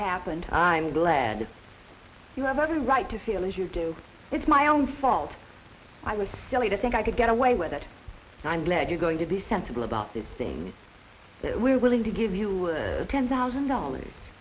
happened i'm glad you have every right to feel as you do it's my own fault i was silly to think i could get away with that and i'm glad you're going to be sensible about this thing that we're willing to give you ten thousand dollars